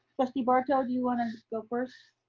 trustee barto, do you wanna go first?